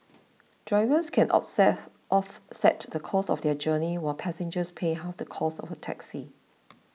drivers can offset off set the cost of their journey while passengers pay half the cost of a taxi